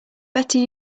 better